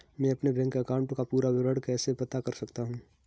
मैं अपने bank account का पूरा विवरण कैसे पता कर सकता हूँ?